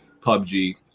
PUBG